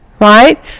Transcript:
right